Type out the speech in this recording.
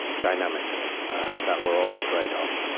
and dynamics that we're all afraid of.